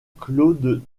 claude